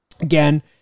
again